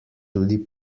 tudi